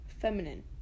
feminine